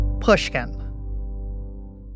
Pushkin